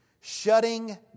shutting